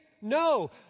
No